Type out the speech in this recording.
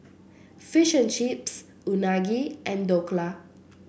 Fish and Chips Unagi and Dhokla